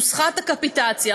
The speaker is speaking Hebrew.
נוסחת הקפיטציה.